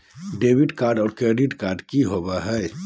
Debit card और credit card की होवे हय?